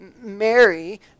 Mary